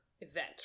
event